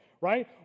right